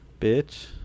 bitch